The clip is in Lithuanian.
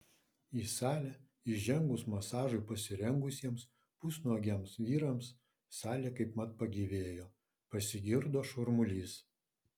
į salę įžengus masažui pasirengusiems pusnuogiams vyrams salė kaipmat pagyvėjo pasigirdo šurmulys